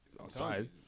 outside